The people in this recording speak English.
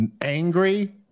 angry